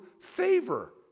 favor